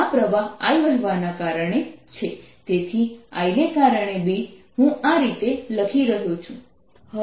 તેથી Iને કારણે B હું આ રીતે લખી રહ્યો છું